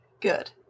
good